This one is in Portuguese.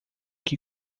que